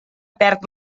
perd